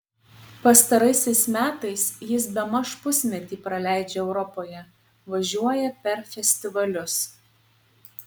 pastaraisiais metais jis bemaž pusmetį praleidžia europoje važiuoja per festivalius